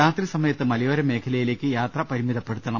രാത്രിസമയത്ത് മലയോരമേഖലയിലേക്ക് യാത്ര പരിമിത പ്പെടുത്തണം